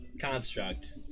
construct